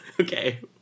Okay